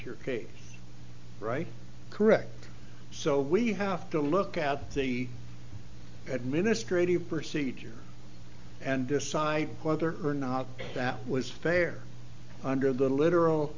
your case right correct so we have to look at the administrative procedure and decide whether or not that was fair under the literal